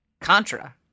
Contra